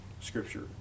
scripture